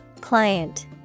Client